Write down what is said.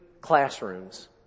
classrooms